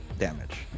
damage